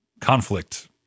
conflict